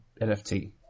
NFT